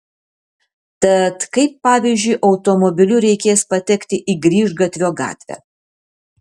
tad kaip pavyzdžiui automobiliu reikės patekti į grįžgatvio gatvę